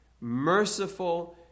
merciful